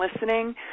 listening